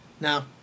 now